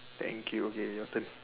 thank you okay your turn